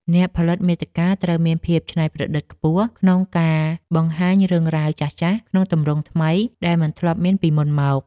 អ្នកផលិតមាតិកាត្រូវមានភាពច្នៃប្រឌិតខ្ពស់ក្នុងការបង្ហាញរឿងរ៉ាវចាស់ៗ ក្នុងទម្រង់ថ្មីដែលមិនធ្លាប់មានពីមុនមក។